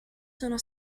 sono